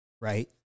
right